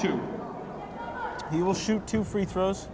two he will shoot two free throws